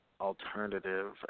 alternative